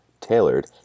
tailored